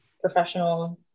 professional